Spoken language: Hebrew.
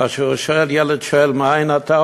כאשר ילד שואל מאין אתה,